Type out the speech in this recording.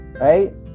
right